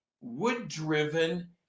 wood-driven